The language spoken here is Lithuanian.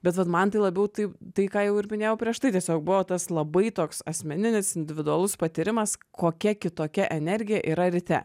bet vat man tai labiau taip tai ką jau ir minėjau prieš tai tiesiog buvo tas labai toks asmeninis individualus patyrimas kokia kitokia energija yra ryte